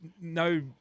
no